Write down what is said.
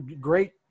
great